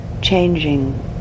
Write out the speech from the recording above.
changing